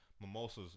Mimosas